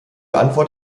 antwort